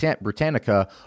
Britannica